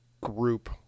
group